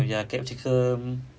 ya capsicum